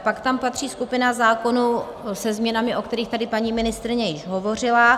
Pak tam patří skupina zákonů se změnami, o kterých tady paní ministryně již hovořila.